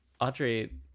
Audrey